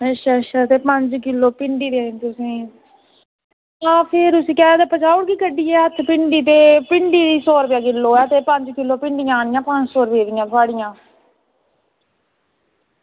अच्छा अच्छा ते पंज किलो भिंडी देनी तुसेंगी ते ओह् केह् आक्खदे भेजाई ओड़गीी गड्डियै दे हत्थ भिंडी ते भिंडी सौ रपेआ किलो ऐ ते पंज किलो भिंडियां आह्नियां पंज सौ रपेऽ दियां